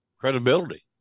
credibility